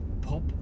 pop